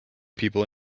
people